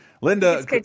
Linda